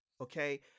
Okay